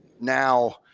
now